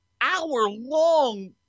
hour-long